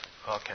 Okay